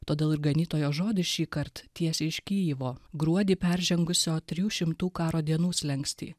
todėl ir ganytojo žodis šįkart tiesiai iš kijivo gruodį peržengusio trijų šimtų karo dienų slenkstį